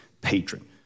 patron